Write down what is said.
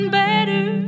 better